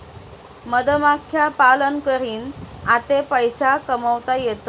मधमाख्या पालन करीन आते पैसा कमावता येतसं